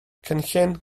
cynllun